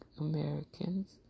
Americans